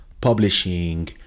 publishing